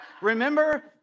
Remember